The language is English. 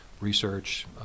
research